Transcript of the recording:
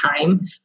time